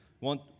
want